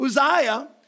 Uzziah